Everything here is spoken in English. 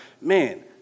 man